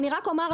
אני רק אומר,